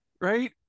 right